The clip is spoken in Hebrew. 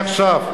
מעכשיו,